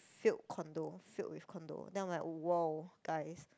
filled condo filled with condo then I'm like wow guys